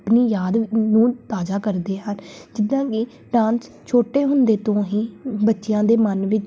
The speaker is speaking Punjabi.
ਆਪਣੀ ਯਾਦ ਨੂੰ ਤਾਜ਼ਾ ਕਰਦੇ ਹਨ ਜਿੱਦਾਂ ਕਿ ਡਾਂਸ ਛੋਟੇ ਹੁੰਦੇ ਤੋਂ ਹੀ ਬੱਚਿਆਂ ਦੇ ਮਨ ਵਿੱਚ